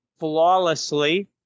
flawlessly